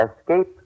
Escape